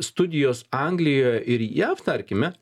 studijos anglijoje ir jav tarkime